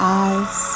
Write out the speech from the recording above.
eyes